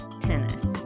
Tennis